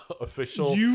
official